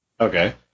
Okay